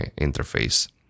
interface